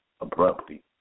abruptly